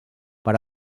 per